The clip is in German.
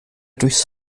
durchs